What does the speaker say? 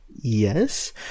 yes